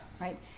right